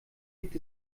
gibt